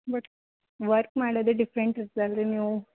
but work ಮಾಡೋದೇ different ಇರ್ತದಲ್ಲ ರಿ ನೀವು